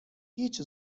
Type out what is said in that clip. هیچ